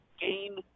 gain